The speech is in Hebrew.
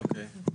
אוקיי.